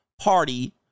party